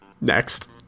Next